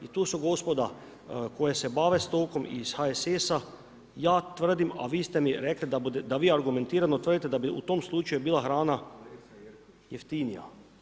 I tu su gospoda koja se bave stokom iz HSS-a, ja tvrdim a vi ste mi rekli, da vi argumentirano tvrdite, da bi u tom slučaju bila hrana jeftinija.